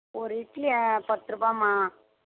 ஒரு இட்லி பத்து ரூபாம்மா